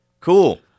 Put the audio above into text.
cool